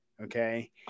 okay